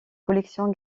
collections